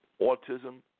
autism